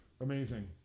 Amazing